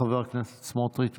חבר הכנסת סמוטריץ',